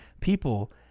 people